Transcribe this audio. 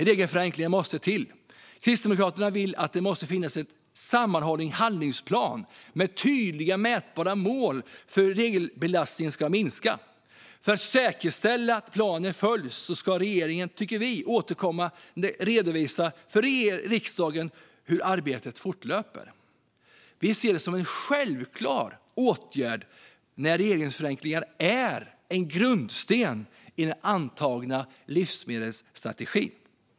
Regelförenklingar måste till. Kristdemokraterna anser att det måste finnas en sammanhållen handlingsplan med tydliga och mätbara mål för hur regelbelastningen ska minska. För att säkerställa att planen följs ska regeringen, tycker vi, återkommande redovisa för riksdagen hur arbetet fortlöper. Vi ser det som en självklar åtgärd, då regelförenklingar är en grundsten i den antagna livsmedelsstrategin.